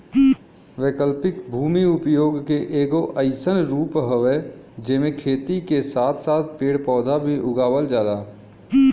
वैकल्पिक भूमि उपयोग के एगो अइसन रूप हउवे जेमे खेती के साथ साथ पेड़ पौधा भी उगावल जाला